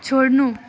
छोड्नु